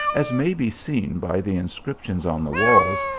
as may be seen by the inscrip tions on the walls,